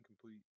complete